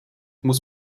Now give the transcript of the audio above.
muss